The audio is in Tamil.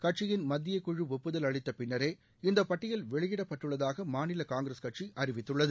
கட்சியின் மத்திய குழு ஒப்புதல் அளித்த பின்னரே இந்த பட்டியல் வெளியிடப்பட்டுள்ளதாக மாநில காங்கிரஸ் கட்சி அறிவித்துள்ளது